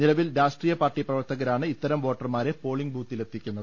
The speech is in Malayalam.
നിലവിൽ രാഷ്ട്രീയ പാർട്ടി പ്രവർത്തകരാണ് ഇത്തരം വോട്ടർമാരെ പോളിംഗ് ബൂത്തി ലെത്തിക്കുന്നത്